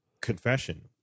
confession